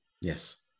Yes